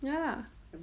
ya lah